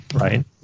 right